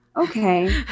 okay